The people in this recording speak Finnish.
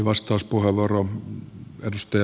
arvoisa puhemies